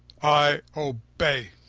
i obey.